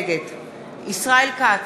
נגד ישראל כץ,